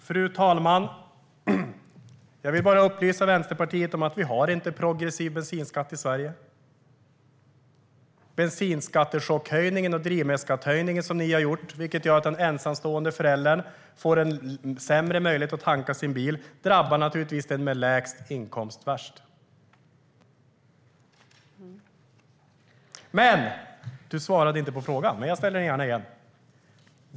Fru talman! Jag vill bara upplysa Vänsterpartiet om att det inte finns progressiv bensinskatt i Sverige. Er chockhöjning av bensinskatten och drivmedelsskatten, vilket gör att en ensamstående förälder har sämre möjlighet att tanka sin bil, drabbar naturligtvis den med lägst inkomst värst. Lotta Johnsson Fornarve svarade inte på frågan, men jag ställer den gärna igen.